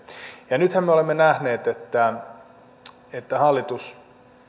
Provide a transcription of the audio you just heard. ja nythän me olemme nähneet että hallitus